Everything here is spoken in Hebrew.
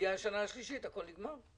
מגיעה השנה השלישית והכול נגמר.